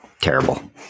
Terrible